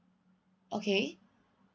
okay